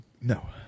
No